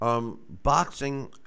Boxing